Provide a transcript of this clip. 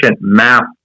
map